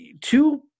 two